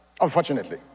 Unfortunately